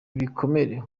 ibikomere